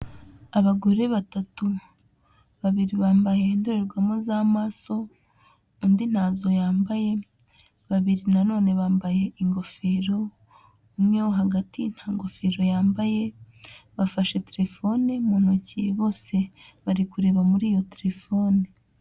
Abagore batatu, babiri bambaye indorerwamo z'amaso undi ntazo yambaye, babiri nanone bambaye ingofero, Umwe wo hagati nta ngofero yambaye, bafashe telefone mu ntoki bose bari kureba muri iyo telefone.